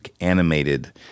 animated